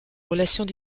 relations